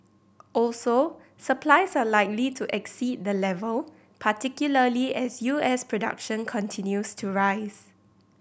also supplies are likely to exceed the level particularly as U S production continues to rise